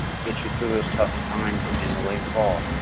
gets you through those tough times in the late fall